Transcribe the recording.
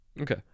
Okay